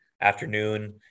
afternoon